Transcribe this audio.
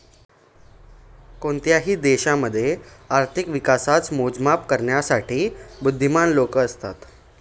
कोणत्याही देशामध्ये आर्थिक विकासाच मोजमाप करण्यासाठी बुध्दीमान लोक असतात